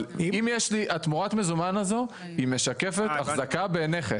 אם יש לי, תמורת המזומן הזו, משקפת החזקה בנכס.